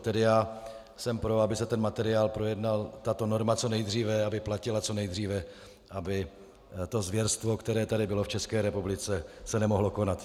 Tedy jsem pro, aby se materiál projednal, tato norma, co nejdříve, aby platila co nejdříve, aby to zvěrstvo, které tady bylo v České republice, se nemohlo konat.